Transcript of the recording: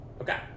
Okay